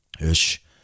ish